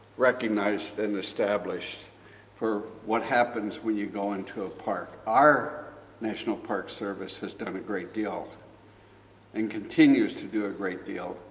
recognized and established for what happens when you go into a park. our national park service done a great deal and continues to do a great deal,